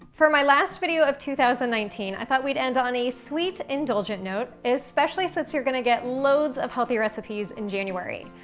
for my last video of two thousand and nineteen, i thought we'd end on a sweet, indulgent note, especially since you're gonna get loads of healthy recipes in january.